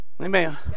Amen